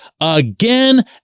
again